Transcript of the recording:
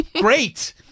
Great